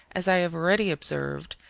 as i have already observed,